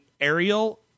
Ariel